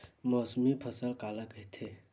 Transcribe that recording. मौसमी फसल काला कइथे?